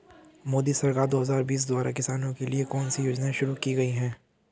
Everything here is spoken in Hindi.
मोदी सरकार दो हज़ार बीस द्वारा किसानों के लिए कौन सी योजनाएं शुरू की गई हैं?